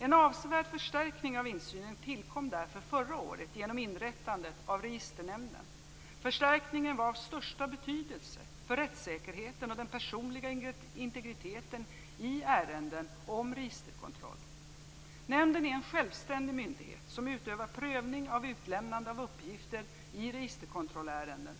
En avsevärd förstärkning av insynen tillkom därför förra året genom inrättandet av Registernämnden. Förstärkningen var av största betydelse för rättssäkerheten och den personliga integriteten i ärenden om registerkontroll. Nämnden är en självständig myndighet som utövar prövning av utlämnande av uppgifter i registerkontrollärenden.